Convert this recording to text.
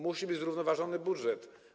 Musi być zrównoważony budżet.